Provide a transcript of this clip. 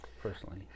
personally